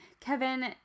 Kevin